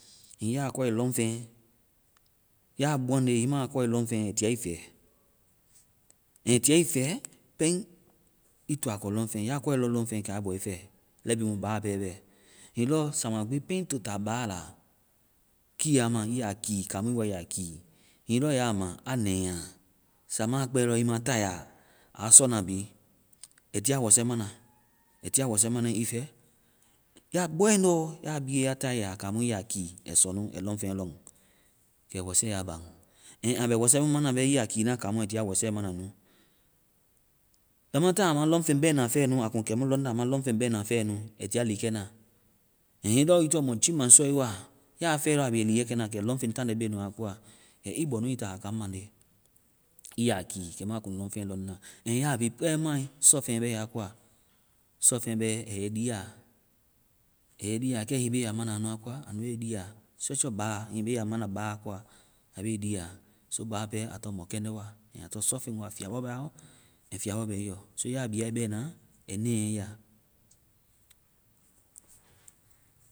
Hiŋi ya kɔe lɔŋfeŋ, ya bɔaŋnde ii ma kɔe lɛŋfeŋ, ai tii na ii fɛ. Ai tiia ii fɛ pɛŋ ii to a kɔ lɔŋfeŋ. Yap kɔe lɔ lɔŋfeŋ, kɛ a bɔ ii fɛ. Lɛimu ba pɛ bɛ. Hiŋi lɔ sama gbi pɛŋ ii to ta ba la kiama ii ya kii kaŋmu ii woa ii ya kii, hiŋi lɔ ya ma a nɛii ya a, sama kpɛe lɔ ii ma tae a ya, a sɔna bi, ai tia wɔsɛ mana. Ai tia wɔsɛ mana ii fɛ. Ya bɔe nu, ya biie, ya tae a kamu ii ya kii, ai sɔ nu ai lɔŋfeŋ lɔŋ. Kɛ wɔsɛ a baŋ. Ɛŋ a bɛ wɔsɛ mu mana, ii ya kiina kaŋmu ai tia wɔsɛ mana nu. Lamataŋ ama lɔŋfeŋ fɛna nu, a kuŋ kɛmu lɔŋda, am lɔŋfeŋ bɛna fɛe nu, ai tiia liikɛna. Hiŋi lɔ i tɔŋ mɔ jiimasɔe wa, ya fɛe lɔ a bɛ liikɛna, kɛ lɔŋfeŋ taŋnde be nu a koa. Kɛ ii bɔ nu ii taa a kaŋ mande, ii ya kii kɛmu a kuŋ lɔŋfeŋ lɔŋda. Hiŋi ya bi kpɛ ma sɔfeŋ bɛ a koa, sɔfeŋ bɛ a yɛ i lia. A yɛ ii lia. Kɛ hiŋi ii be a mana a nua koa, anu be ii lia. so ba, hiŋi ii be a mana ba a koa, a be ii lia. so ba kpɛ, a tɔŋ mɔkɛndɛ wa. Ɛŋ a tɔŋ sɔfeŋ wa. Fiabɔ bɛ aɔ, ɛŋ fiabɔ bɛ i yɔ. so ya biae bɛna, ai nɛya ii ya.